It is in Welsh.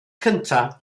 cyntaf